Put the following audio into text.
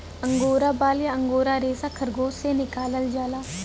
angora बाल या angora रेसा खरगोस से निकालल जाला